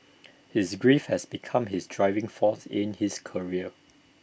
his grief has become his driving force in his career